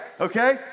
Okay